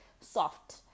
soft